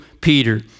Peter